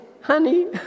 honey